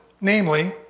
Namely